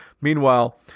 Meanwhile